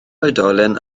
oedolyn